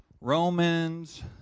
Romans